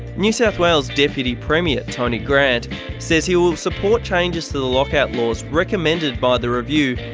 new south wales deputy premier tony grant says he will support changes to the lockout laws recommended by the review,